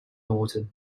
norton